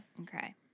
Okay